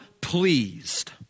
pleased